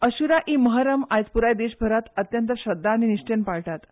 अशुरा मुहरम आज पुराय देशभरांत अत्यंत श्रद्धा आनी निश्ठेन पाळटात